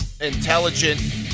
intelligent